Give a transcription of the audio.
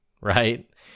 right